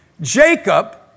Jacob